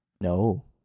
no